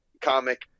comic